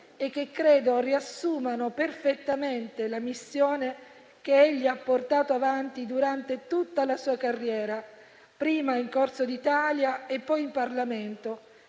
e che credo riassumano perfettamente la missione che egli ha portato avanti durante tutta la sua carriera, prima in Corso d'Italia e poi in Parlamento,